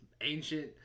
ancient